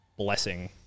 blessing